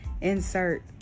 insert